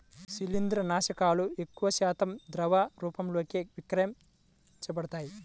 శిలీంద్రనాశకాలు ఎక్కువశాతం ద్రవ రూపంలోనే విక్రయించబడతాయి